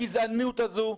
הגזענית הזאת.